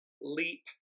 leap